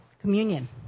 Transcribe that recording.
communion